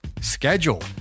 schedule